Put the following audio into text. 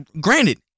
granted